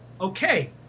Okay